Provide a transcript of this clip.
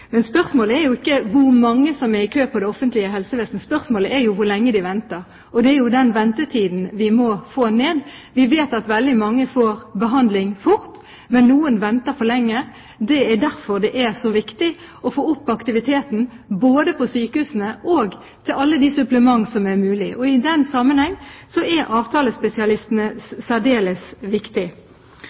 Men spørsmålet er jo ikke hvor mange som er i kø i det offentlige helsevesenet, spørsmålet er hvor lenge de venter. Det er ventetiden vi må få ned. Vi vet at veldig mange får behandling fort, men noen venter for lenge. Det er derfor det er så viktig å få opp aktiviteten, både på sykehusene og på alle de supplement som er mulig. I den sammenheng er avtalespesialistene særdeles viktige, fordi de jo utfører 35 pst. av alle de polikliniske konsultasjonene i helsetjenesten totalt sett. Så er